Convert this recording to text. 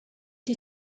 the